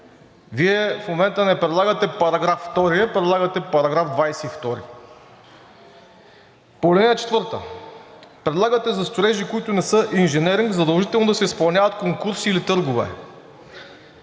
Вие в момента не предлагате § 2, а предлагате „Параграф 22“. По ал. 4 – предлагате за строежи, които не са инженеринг, задължително да се изпълняват конкурси или търгове.